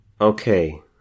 Okay